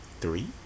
three